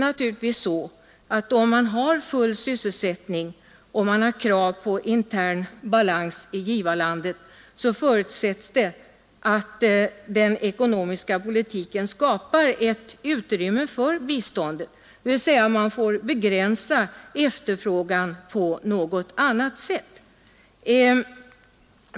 Om givarlandet har full sysselsättning och krav på intern balans förutsätts det att den ekonomiska politiken skapar utrymme för bistånd, dvs. man får begränsa efterfrågan på något annat sätt.